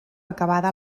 acabada